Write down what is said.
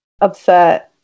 upset